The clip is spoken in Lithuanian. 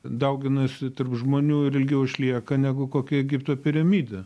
dauginasi tarp žmonių ir ilgiau išlieka negu kokia egipto piramidė